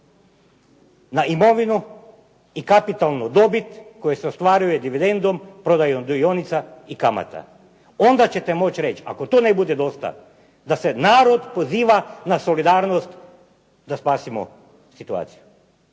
na imovinu i kapitalnu dobit koja se ostvaruje dividendom, prodajom dionica i kamata. Onda ćete moći reći ako to ne bude dosta da se narod poziva na solidarnost da spasimo situaciju.